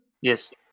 yes